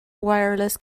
wireless